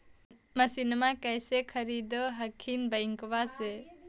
मसिनमा कैसे खरीदे हखिन बैंकबा से?